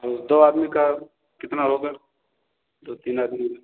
और दो आदमी का कितना होगा दो तीन आदमी का